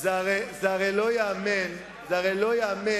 זה הרי לא ייאמן,